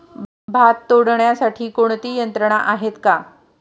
भात तोडण्यासाठी कोणती यंत्रणा आहेत का?